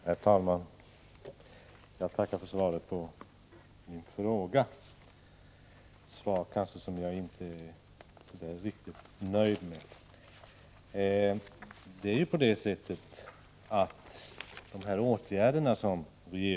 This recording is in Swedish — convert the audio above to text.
Herr talman! Jag tackar för svaret på min fråga, ett svar som jag inte är riktigt nöjd med.